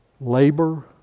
labor